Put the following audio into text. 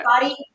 body